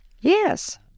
Yes